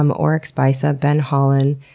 um oryx beisa, ben hollin,